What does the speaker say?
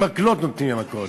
עם מקלות נותנים לי מכות.